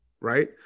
right